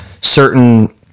certain